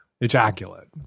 ejaculate